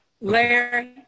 Larry